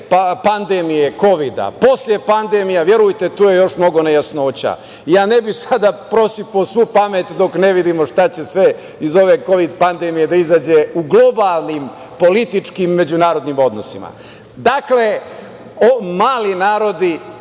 pandemije kovida, posle pandemije, verujte tu je još mnogo nejasnoća. Ne bih sada prosipao svu pamet dok ne vidimo šta će sve iz ove kovid pandemije da izađe u globalnim političkim međunarodnim odnosima. Dakle, mali narodi